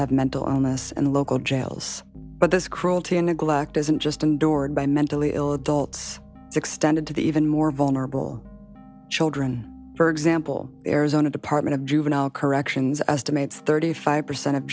have mental illness and local jails but this cruelty and neglect isn't just endured by mentally ill adults extended to the even more vulnerable children for example arizona department of juvenile corrections estimates thirty five percent of